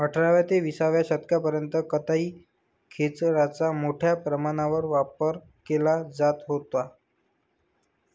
अठराव्या ते विसाव्या शतकापर्यंत कताई खेचराचा मोठ्या प्रमाणावर वापर केला जात होता